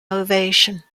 ovation